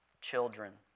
children